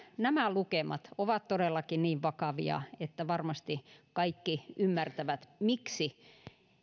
nämä lukemat ovat todellakin niin vakavia että varmasti kaikki ymmärtävät miksi